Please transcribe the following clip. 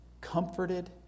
comforted